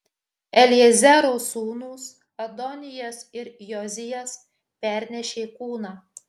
eliezero sūnūs adonijas ir jozijas pernešė kūną